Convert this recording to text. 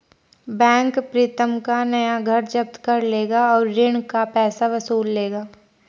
bank Pritam का नया घर जब्त कर लेगा और ऋण का पैसा वसूल लेगा